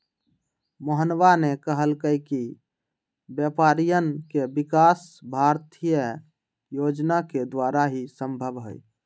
मोहनवा ने कहल कई कि व्यापारियन के विकास भारतीय योजना के द्वारा ही संभव हई